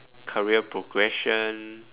career progression